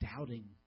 doubting